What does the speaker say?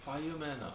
fireman ah